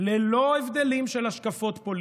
ללא הבדלים של השקפות פוליטיות,